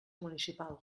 municipal